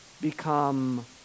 become